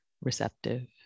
receptive